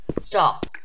Stop